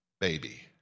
baby